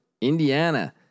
Indiana